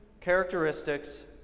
characteristics